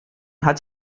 hat